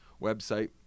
website